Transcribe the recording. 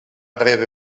rebre